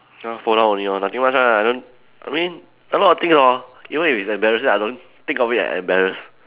ya fall down only lor nothing much lah I don't I mean a lot of things hor even if it's embarrassing I don't think of it as embarrass~